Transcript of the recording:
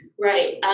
Right